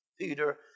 Peter